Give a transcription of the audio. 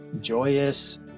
joyous